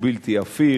הוא בלתי הפיך,